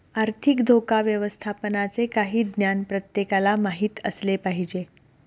आर्थिक धोका व्यवस्थापनाचे काही ज्ञान प्रत्येकाला माहित असले पाहिजे